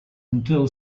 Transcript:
until